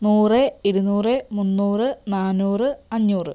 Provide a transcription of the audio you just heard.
നൂറ് ഇരുന്നൂറ് മുന്നൂറ് നാന്നൂറ് അഞ്ഞൂറ്